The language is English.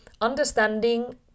understanding